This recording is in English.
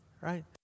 right